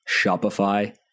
Shopify